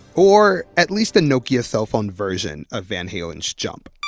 or at least the nokia cell phone version of van halen's jump.